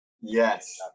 Yes